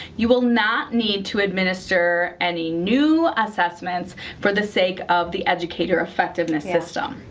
you will not need to administer any new assessments for the sake of the educator effectiveness system.